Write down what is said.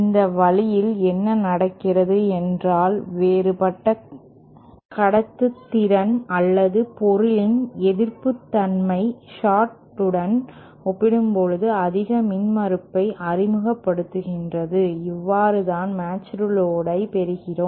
இந்த வழியில் என்ன நடக்கிறது என்றால் வேறுபட்ட கடத்துத்திறன் அல்லது பொருளின் எதிர்ப்புத்தன்மை ஷார்ட் உடன் ஒப்பிடும்போது அதிக மின்மறுப்பை அறிமுகப்படுத்துகிறது இவ்வாறு தான் மேட்ச்டு லோடு ஐ பெறுகிறீர்கள்